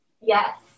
Yes